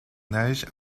neige